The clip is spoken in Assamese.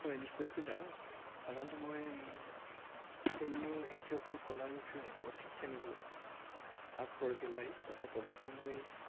হয় নিশ্চয়কৈ যাওঁ সাধাৰণতে মই অন্য শিল্পীসকলক কলাৰ বিষয়ে অধিক জানিবলৈ আৰ্ট গেলাৰী তথা প্ৰদৰ্শনীলৈ